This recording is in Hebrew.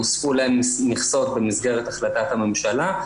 הוספו להם מכסות במסגרת החלטת הממשלה.